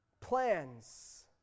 plans